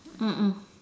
mm mm